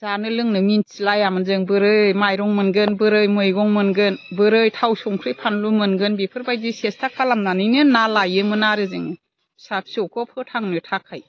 जानो लोंनो मिन्थिलायामोन जों बोरै माइरं मोनगोन बोरै मैगं मोनगोन बोरै थाव संख्रि फानलु मोनगोन बेफोरबायदि सेस्ता खालामनानैनो ना लायोमोन आरो जोङो फिसा फिसौखौ फोथांनो थाखाय